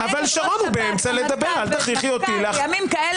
רמטכ"ל ומפכ"ל בימים כאלה,